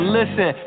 listen